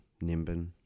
Nimbin